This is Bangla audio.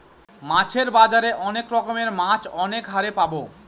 মাছের বাজারে অনেক রকমের মাছ অনেক হারে পাবো